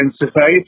intensified